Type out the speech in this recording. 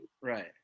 right